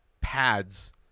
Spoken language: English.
pads